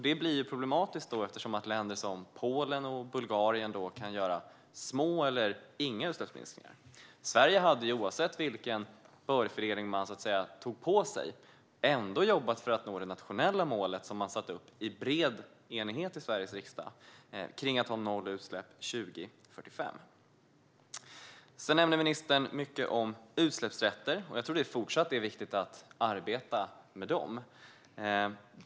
Det blir problematiskt, eftersom länder som Polen och Bulgarien då kan göra små eller inga utsläppsminskningar. Sverige hade oavsett vilken bördefördelning man tog på sig ändå jobbat för att nå det nationella målet, som hade satts upp i bred enighet i Sveriges riksdag, om att ha nollutsläpp år 2045. Ministern sa även mycket om utsläppsrätter. Jag tror att det även i fortsättningen är viktigt att arbeta med dem.